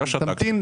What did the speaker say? לא שתקת.